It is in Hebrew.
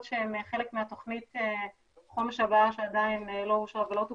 שהן חלק מתוכנית החומש הבאה שעדיין לא אושרה ולא תוקצבה.